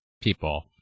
people